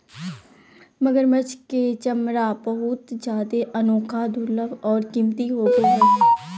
मगरमच्छ के चमरा बहुत जादे अनोखा, दुर्लभ और कीमती होबो हइ